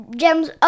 gems